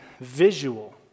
visual